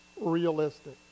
realistic